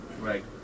Right